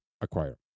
acquire